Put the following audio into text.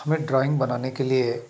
हमें ड्राइंग बनाने के लिए